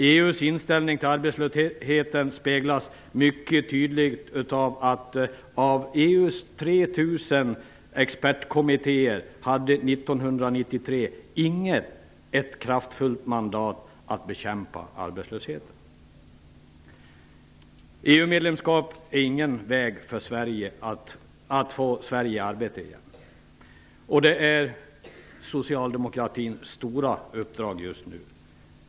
EU:s inställning till arbetslösheten speglas mycket tydligt av det faktum att inte någon av EU:s 3 000 expertkommittéer 1993 hade ett kraftfullt mandat att bekämpa arbetslösheten. EU-medlemskap är inte en väg att få Sverige i arbete igen - det är socialdemokratins stora uppdrag just nu.